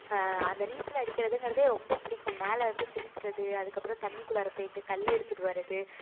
அந்த நீச்சல் அடிக்கிறதுங்கிறதே ரொம்ப பிடிக்கும் மேலேருந்து குதிக்கிறது அதுக்கப்புறம் தண்ணிக்குள்ளாற போயிட்டு கல் எடுத்துகிட்டு வரது